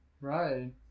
right